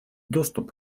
доступ